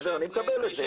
אני מקבל את זה.